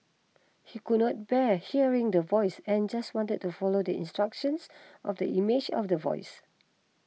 he could not bear hearing the Voice and just wanted to follow the instructions of the image of the voice